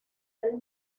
del